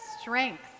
strength